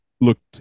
looked